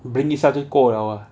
you blink 一下就过 liao ah